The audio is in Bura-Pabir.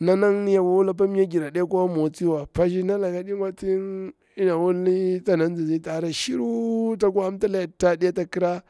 nannani yakwa wul apa my giri aɗekwa motsi wa. Pagshirna laka ɗi gwa ti iy ya na wulni, mi tek nzinzi tin ta hara shiru takwa hamtala layar ta adi afa kirar.